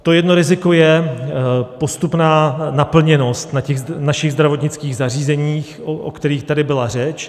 To jedno riziko je postupná naplněnost našich zdravotnických zařízení, o kterých tady byla řeč.